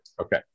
okay